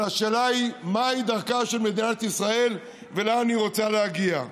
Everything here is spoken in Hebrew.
אלא השאלה היא מהי דרכה של מדינת ישראל ולאן היא רוצה להגיע.